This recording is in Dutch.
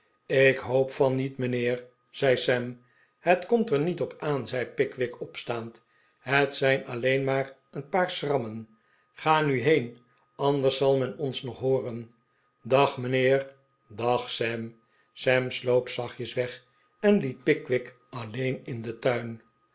ik hoop van niet mijnheer zei sam het komt er niet op aan zei pickwick opstaand het zijn alleen maar een paar schrammen ga nu heen anders zal men ons nog hooren dag mijnheer dag sam sam sloop zachtjes weg en liet pickwick alleen in den tuin